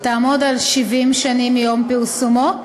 תעמוד על 70 שנים מיום פרסומו,